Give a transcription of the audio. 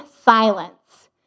silence